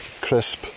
crisp